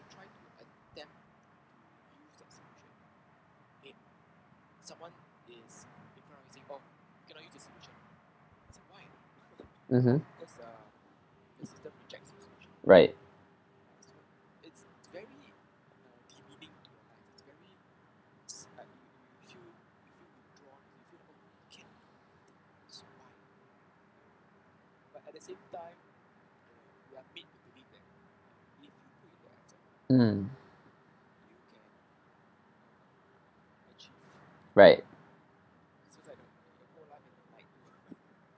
mmhmm right mm right